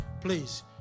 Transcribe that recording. please